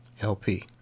LP